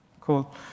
cool